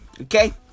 Okay